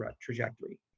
trajectory